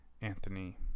Anthony